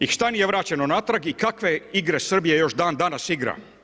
I što nije vraćeno natrag i kakve igre Srbije još dan danas igra?